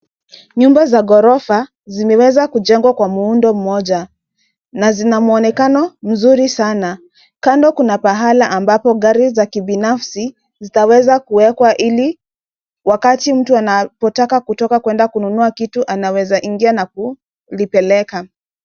Nyumba za ghorofa zimeweza kujengwa kwa muundo mmoja na zina muonekano mzuri sana. Kando kuna pahala ambapo gari za kibinafsi zitaweza kuwekwa ili wakati mtu anapotaka kutoka kwenda kununua kitu anaweza ingia na kulipeleka.